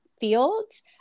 fields